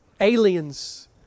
aliens